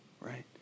right